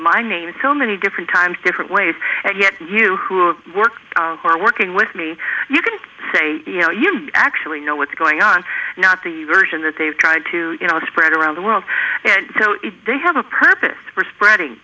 my name so many different times different ways and yet you work for working with me you can say you know you actually know what's going on not the version that they've tried to spread around the world and so they have a purpose for spreading